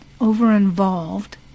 over-involved